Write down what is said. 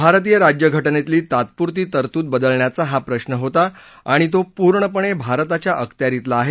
भारतीय राज्यघटनेतली तात्पुरती तरतूद बदलण्याचा हा प्रश्न होता आणि तो पूणपिण भारताच्या अखत्यारितला आहे